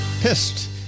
pissed